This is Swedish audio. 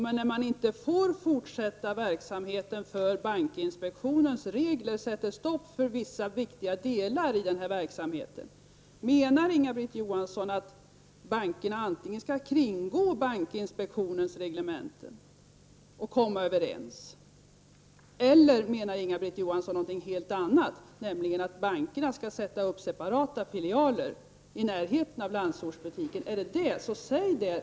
Men när man inte får fortsätta verksamheten därför att bankinspektionens regler sätter stopp för vissa viktiga delar i den här verksamheten, menar då Inga-Britt Johansson att bankerna skall kringgå bankinspektionens regler och komma överens? Eller menar Inga-Britt Johansson någonting helt annat, nämligen att bankerna skall sätta upp separata filialer i närheten av landsortsbutiken? Säg det i så fall!